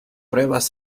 pruebas